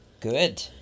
Good